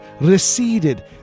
receded